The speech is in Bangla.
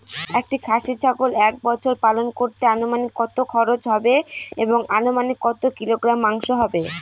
একটি খাসি ছাগল এক বছর পালন করতে অনুমানিক কত খরচ হবে এবং অনুমানিক কত কিলোগ্রাম মাংস হবে?